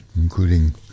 including